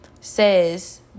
says